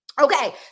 Okay